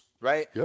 Right